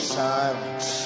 silence